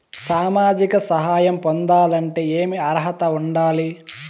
సామాజిక సహాయం పొందాలంటే ఏమి అర్హత ఉండాలి?